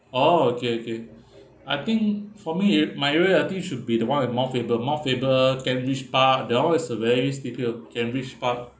oh okay okay I think for me it my favourite I think should be the one with mount faber mount faber cambridge park that one is a very steep way too cambridge park